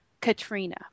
Katrina